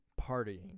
partying